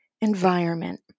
environment